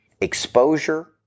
exposure